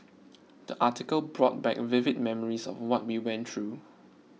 the article brought back vivid memories of what we went through